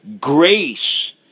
grace